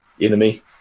enemy